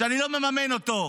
שאני לא מממן אותו,